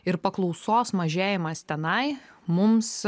ir paklausos mažėjimas tenai mums